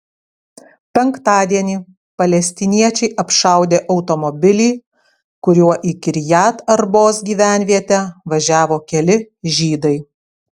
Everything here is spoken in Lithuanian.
penktadienį palestiniečiai apšaudė automobilį kuriuo į kirjat arbos gyvenvietę važiavo keli žydai